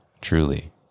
Truly